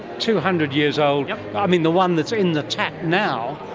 two hundred years old, i mean the one that is in the tap now,